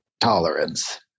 tolerance